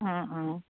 অঁ অঁ